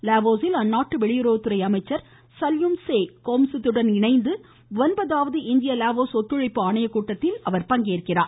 லாவோசில் அந்நாட்டு வெளியுறவுத்துறை அமைச்சர் சல்யூம் செ கோமசித் உடன் இணைந்து ஒன்பதாவது இந்திய லாவோஸ் ஒத்துழைப்பு ஆணையக் கூட்டத்தில் அவர் பங்கேற்கிறார்